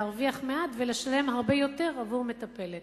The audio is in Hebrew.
להרוויח מעט ולשלם הרבה יותר עבור מטפלת.